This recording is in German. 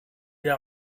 der